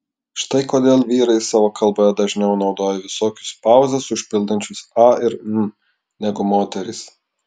štai kodėl vyrai savo kalboje dažniau naudoja visokius pauzes užpildančius a ir hm negu moterys